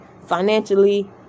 financially